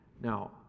Now